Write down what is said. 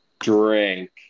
drink